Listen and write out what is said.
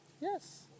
Yes